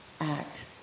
act